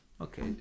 Okay